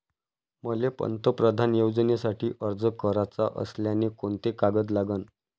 मले पंतप्रधान योजनेसाठी अर्ज कराचा असल्याने कोंते कागद लागन?